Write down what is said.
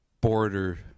border